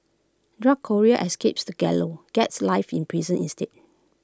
drug courier escapes the gallows gets life in prison instead